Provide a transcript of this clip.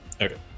Okay